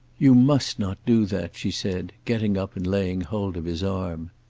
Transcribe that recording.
you must not do that, she said, getting up and laying hold of his arm.